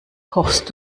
kochst